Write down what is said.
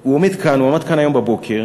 הוא עמד כאן היום בבוקר